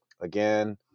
again